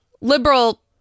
liberal